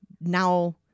now